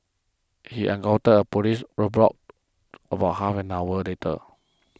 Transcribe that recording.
he encountered a police roadblock about half an hour later